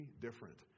different